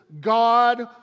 God